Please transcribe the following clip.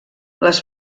les